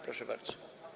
Proszę bardzo.